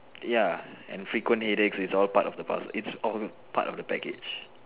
ya and frequent headaches is all part of the path is all part of the package